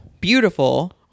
Beautiful